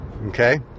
Okay